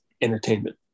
entertainment